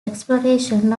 exploration